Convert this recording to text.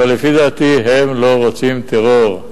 אבל לפי דעתי הם לא רוצים טרור.